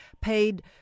paid